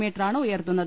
മീറ്ററാണ് ഉയർത്തുന്നത്